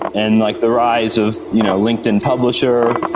and like their eyes of you know linkedin publisher,